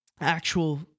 actual